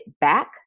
back